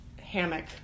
Hammock